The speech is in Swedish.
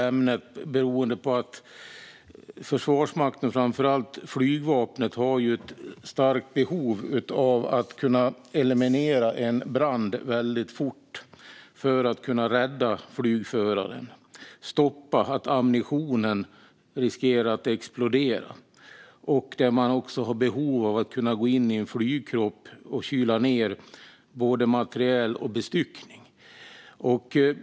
Det beror på att Försvarsmakten, framför allt flygvapnet, har ett starkt behov av att kunna eliminera en brand väldigt fort för att kunna rädda flygföraren eller hindra att ammunition exploderar. Där har man behov av att kunna gå in i en flygkropp och kyla ned både materiel och bestyckning.